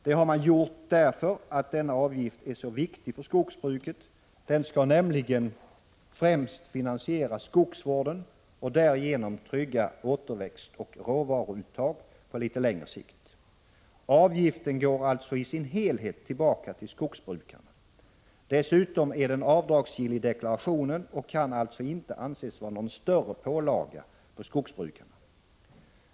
Det har man gjort därför att denna avgift är så viktig för skogsbruket. Den skall nämligen främst finansiera skogsvården och därigenom trygga återväxt och råvaruuttag på litet längre sikt. Avgiften går alltså i sin helhet tillbaka till skogsbrukarna. Dessutom är den avdragsgill i deklarationen och kan alltså inte anses vara någon större pålaga på skogsbrukarna.